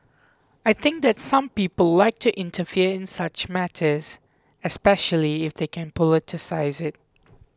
I think that some people like to interfere in such matters especially if they can politicise it